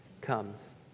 comes